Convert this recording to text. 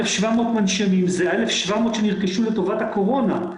ה-1,700 מנשמים זה ה-1,700 שנרכשו לטובת הקורונה,